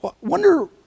wonder